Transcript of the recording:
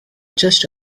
just